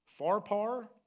Farpar